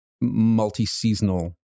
multi-seasonal